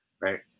right